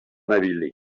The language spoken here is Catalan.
navili